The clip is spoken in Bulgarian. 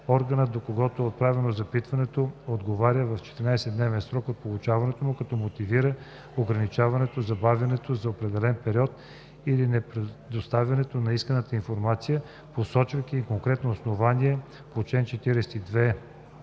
Органът, до когото е отправено запитването, отговаря в 14-дневен срок от получаването му, като мотивира ограничаването, забавянето за определен период или непредоставянето на исканата информация, посочвайки и конкретното основание по чл. 42н3.